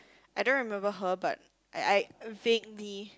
I don't remember her but I I vaguely